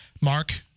Mark